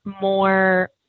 more